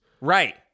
Right